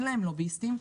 החלשים,